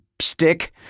stick